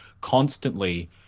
constantly